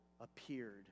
appeared